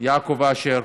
יעקב אשר.